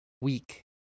weak